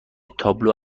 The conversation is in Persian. تابلو